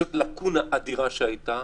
זו לקונה אדירה שהייתה,